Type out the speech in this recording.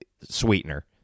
sweetener